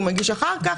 הוא מגיש אחר-כך.